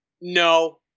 No